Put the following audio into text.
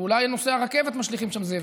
ואולי נוסעי הרכבת משליכים שם זבל.